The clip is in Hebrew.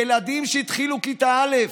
ילדים שהתחילו כיתה א'